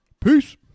Peace